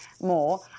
more